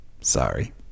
sorry